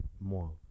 more